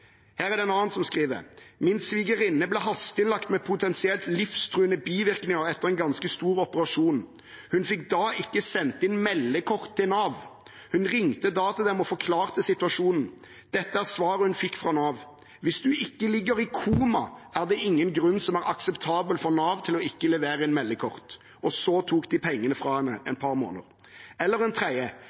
Her er det en annen som skriver: Min svigerinne ble hasteinnlagt med potensielt livstruende bivirkninger etter en ganske stor operasjon. Hun fikk da ikke sendt inn meldekort til Nav. Hun ringte da til dem og forklarte situasjonen. Dette er svaret hun fikk fra Nav: Hvis du ikke ligger i koma, er det ingen grunn som er akseptabel for Nav til ikke å levere inn meldekort. Og så tok de pengene fra henne i et par måneder. Eller en tredje: